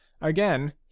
again